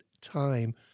time